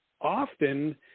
often